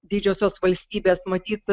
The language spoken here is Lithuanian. didžiosios valstybės matyt